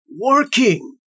working